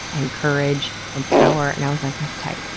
and courage, and power, and i was like, that's tight,